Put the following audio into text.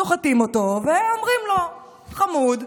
סוחטים אותו ואומרים לו: חמוד,